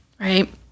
Right